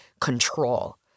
control